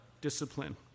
discipline